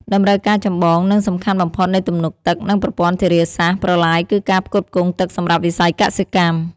តម្រូវការចម្បង និងសំខាន់បំផុតនៃទំនប់ទឹក និងប្រព័ន្ធធារាសាស្ត្រ-ប្រឡាយគឺការផ្គត់ផ្គង់ទឹកសម្រាប់វិស័យកសិកម្ម។